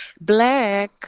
Black